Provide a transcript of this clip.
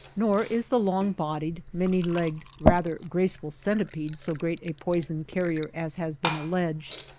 nor is the long-bodied, many-legged, rather graceful centipede so great a poison-carrier as has been alleged.